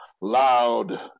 loud